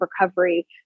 recovery